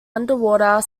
underwater